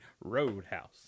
roadhouse